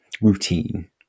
routine